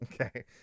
Okay